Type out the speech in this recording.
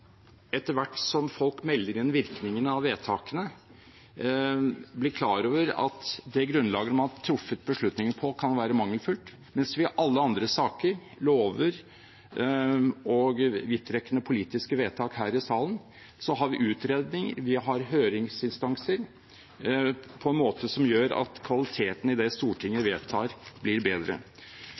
etter hvert som folk melder inn virkningene av vedtakene, blir klar over at det grunnlaget man har truffet beslutninger på, kan være mangelfullt. I alle andre saker, lover og vidtrekkende politiske vedtak her i salen, har vi utredninger, vi har høringsinstanser, på en måte som gjør at kvaliteten i det Stortinget vedtar, blir bedre.